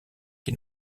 qui